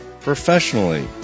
professionally